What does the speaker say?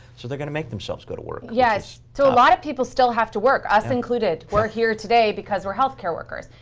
so they're going to make themselves go to work. yes. so a lot of people still have to work, us included. we're here today because we're health care workers.